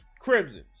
Crimson